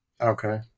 Okay